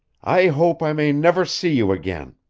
i hope i may never see you again!